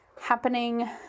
happening